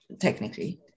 technically